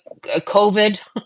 COVID